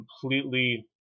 completely –